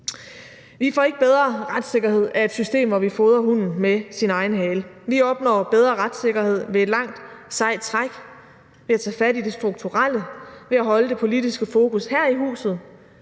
Vi får ikke bedre retssikkerhed af et system, hvor vi fodrer hunden med sin egen hale. Vi opnår bedre retssikkerhed ved et langt sejt træk, ved at tage fat i det strukturelle og ved at holde det politiske fokus her i huset,